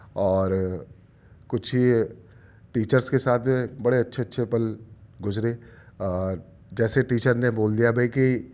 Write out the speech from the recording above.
اور کچھ یہ ٹیچرس کے ساتھ جو ہے بڑے اچھے اچھے پل گذرے جیسے ٹیچر نے بول دیا بھئی کہ